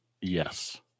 Yes